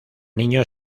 niño